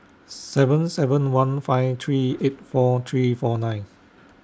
seven seven one five three eight four three four nine